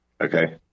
okay